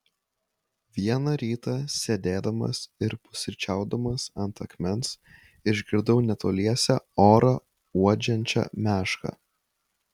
vieną rytą sėdėdamas ir pusryčiaudamas ant akmens išgirdau netoliese orą uodžiančią mešką